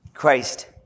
Christ